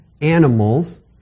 animals